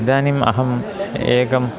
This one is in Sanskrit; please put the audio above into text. इदानीम् अहम् एकम्